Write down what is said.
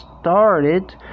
started